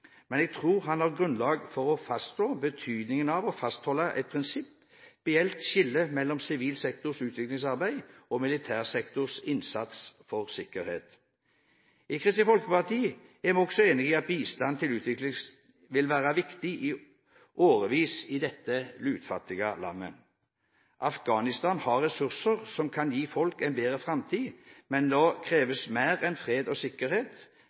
Men jeg tror han har grunnlag for å fastslå betydningen av å fastholde et prinsipielt skille mellom sivil sektors utviklingsarbeid og militær sektors innsats for sikkerhet. I Kristelig Folkeparti er vi også enig i at bistand til utvikling vil være viktig i årevis i dette lutfattige landet. Afghanistan har ressurser som kan gi folk en bedre framtid, men da kreves mer enn fred og sikkerhet.